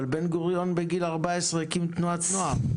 אבל בן גוריון הקים תנועת נוער בגיל 14,